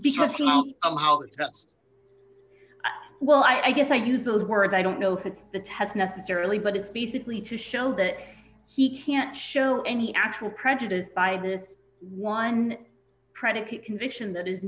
just well i guess i use those words i don't know if it's the test necessarily but it's basically to show that he can't show any actual prejudice by this one predicate conviction that is